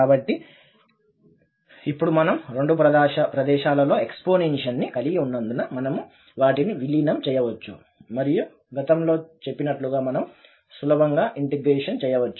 కాబట్టి ఇప్పుడు మనము రెండు ప్రదేశాలలో ఎక్స్పోనెన్షియల్ ని కలిగి ఉన్నందున మనము వాటిని విలీనం చేయవచ్చు మరియు గతంలో చేసినట్లుగా మనం సులభంగా ఇంటిగ్రేషన్ చేయవచ్చు